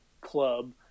club